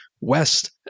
West